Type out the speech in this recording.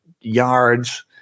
yards